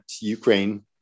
Ukraine